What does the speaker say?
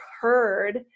heard